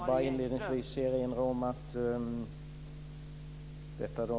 Fru talman!